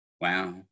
Wow